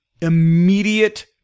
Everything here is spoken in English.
immediate